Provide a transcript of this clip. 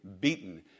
beaten